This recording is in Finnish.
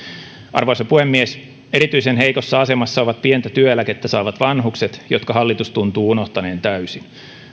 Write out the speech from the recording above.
arvoisa puhemies erityisen heikossa asemassa ovat pientä työeläkettä saavat vanhukset jotka hallitus tuntuu unohtaneen täysin